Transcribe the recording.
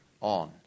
on